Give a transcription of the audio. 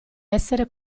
essere